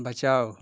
बचाओ